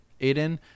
Aiden